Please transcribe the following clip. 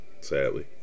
Sadly